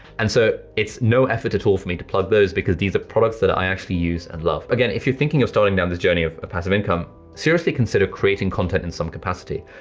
and so, its no effort at all for me to plug those because these are products that i actually use and love. again, if you're thinking of starting down this journey of passive income, seriously consider creating content in some capacity.